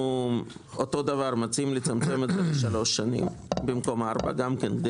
אותו דבר אנו מציעים לצמצם את זה לשלוש שנים במקום 4 כדי